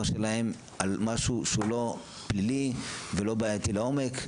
שלהם על משהו שהוא לא פלילי ולא בעייתי לעומק.